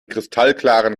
kristallklaren